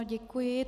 Děkuji.